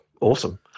awesome